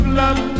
love